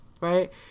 right